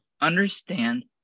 understand